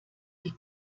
die